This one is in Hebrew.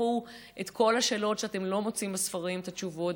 את כל השאלות שאתם לא מוצאים להן בספרים את התשובות,